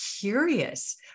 curious